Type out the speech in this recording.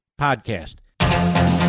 podcast